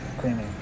creamy